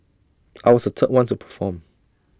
I was the third one to perform